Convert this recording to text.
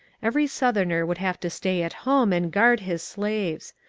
every southerner would have to stay at home and guard his slaves.